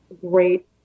great